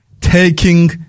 taking